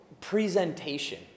presentation